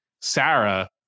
Sarah